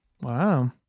Wow